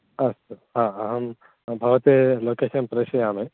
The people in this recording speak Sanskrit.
अस्तु हा अहं भवते लोकेशन् प्रेषयामि